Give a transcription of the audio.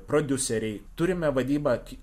prodiuseriai turime vadybą